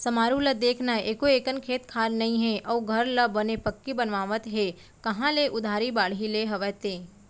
समारू ल देख न एको अकन खेत खार नइ हे अउ घर ल बने पक्की बनवावत हे कांहा ले उधारी बाड़ही ले हवय ते?